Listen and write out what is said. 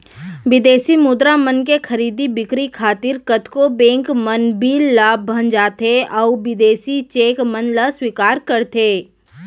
बिदेसी मुद्रा मन के खरीदी बिक्री खातिर कतको बेंक मन बिल ल भँजाथें अउ बिदेसी चेक मन ल स्वीकार करथे